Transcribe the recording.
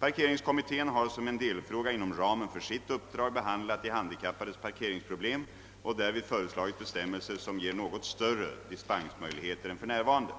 Parkeringskommittén har som en delfråga inom ramen för sitt uppdrag behandlat de handikappades parkeringsproblem och därvid föresia git bestämmelser som ger något större dispensmöjligheter än för närvarande.